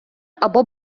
або